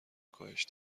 کاهش